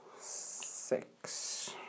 six